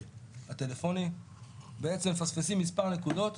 הטלפוני בעצם מפספסים מספר נקודות,